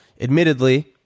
admittedly